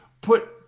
put